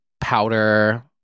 powder